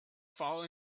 fall